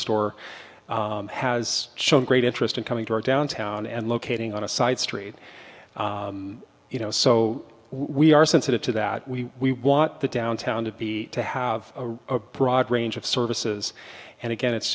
store has shown great interest in coming to our downtown and locating on a side street you know so we are sensitive to that we want the downtown to be to have a broad range of services and again it's